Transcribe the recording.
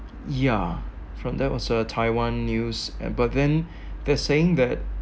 ya from that was a Taiwan news and but then they're saying that